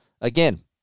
again